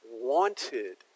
wanted